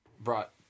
brought